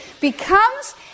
becomes